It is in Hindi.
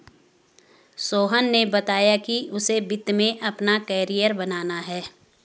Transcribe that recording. सोहन ने बताया कि उसे वित्त में अपना कैरियर बनाना है